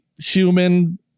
human